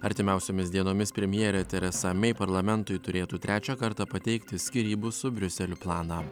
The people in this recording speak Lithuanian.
artimiausiomis dienomis premjerė teresa mei parlamentui turėtų trečią kartą pateikti skyrybų su briuseliu planą